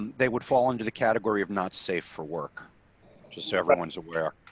they would fall under the category of not safe for work just so everyone's aware,